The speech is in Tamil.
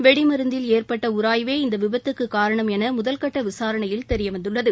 வெடிமருந்தில் ஏற்பட்ட உராய்வே இந்த விபத்துக்குக் காரணம் என முதல்கட்ட விசாரணையில் தெரிய வந்துள்ளது